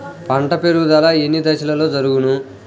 పంట పెరుగుదల ఎన్ని దశలలో జరుగును?